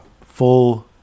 full